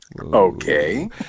okay